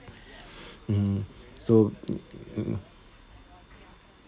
mmhmm so